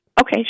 Okay